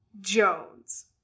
Jones